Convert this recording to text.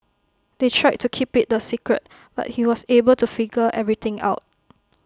they tried to keep IT A secret but he was able to figure everything out